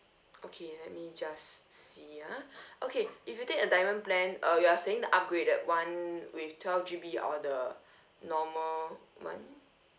okay let me just see ah okay if you take a diamond plan uh you are saying the upgraded one with twelve G_B or the normal one